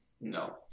No